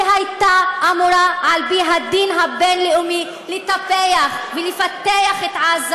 היא הייתה אמורה על פי הדין הבין-לאומי לטפח ולפתח את עזה.